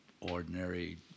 ordinary